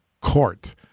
Court